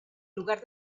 lugar